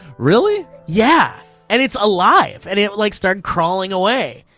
really? yeah. and it's alive, and it like started crawling away.